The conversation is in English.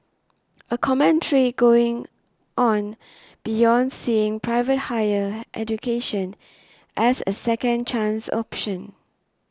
a commentary going on beyond seeing private higher education as a second chance option